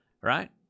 right